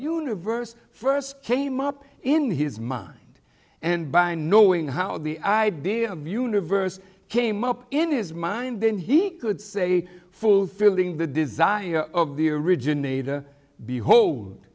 universe first came up in his mind and by knowing how the idea of universe came up in his mind then he could say fulfilling the desire of the originator behold